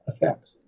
effects